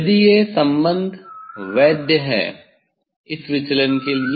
यदि यह संबंध वैध है इस विचलन के लिए